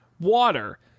water